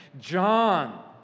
John